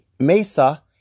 Mesa